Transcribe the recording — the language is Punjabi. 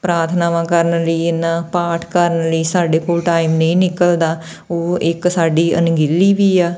ਪ੍ਰਾਰਥਨਾਵਾਂ ਕਰਨ ਲਈ ਇਨਾ ਪਾਠ ਕਰਨ ਲਈ ਸਾਡੇ ਕੋਲ ਟਾਈਮ ਨਹੀਂ ਨਿਕਲਦਾ ਉਹ ਇੱਕ ਸਾਡੀ ਅਣਗਹਿਲੀ ਵੀ ਆ